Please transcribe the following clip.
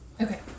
Okay